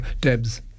Deb's